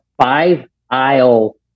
five-aisle